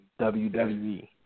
WWE